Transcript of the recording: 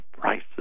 prices